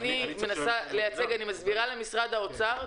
שאותם אני מנסה לייצג אני מסבירה למשרד האוצר,